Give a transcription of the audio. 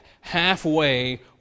halfway